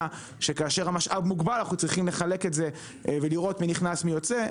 שכאשר המשאב מוגבל אנחנו צריכים לחלק את זה ולראות מי נכנס ומי יוצא.